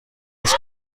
ist